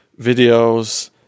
videos